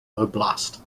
oblast